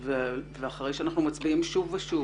ואחרי שאנחנו מצביעים שוב ושוב